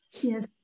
Yes